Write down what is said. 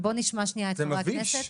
בוא נשמע את חברי הכנסת.